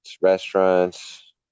restaurants